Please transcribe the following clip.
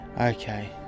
Okay